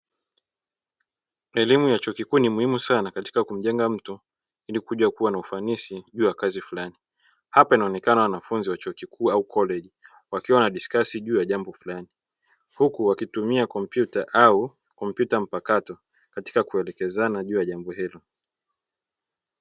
Elimu ya chuo kikuu ni muhimu sana katika kumjenga mtu, ili kuja kuwa na ufanisi juu ya kazi fulani. Hapa inaonekana wanafunzi wa chuo kikuu au "collage", wakiwa wanadiskasi juu ya jambo fulani, huku wakitumia kompyuta au kompyuta mpakato katika kuelekezana juu ya jambo hilo.